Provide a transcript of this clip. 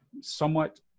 somewhat